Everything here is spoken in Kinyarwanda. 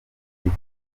bita